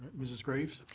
mrs. graves?